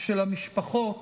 של המשפחות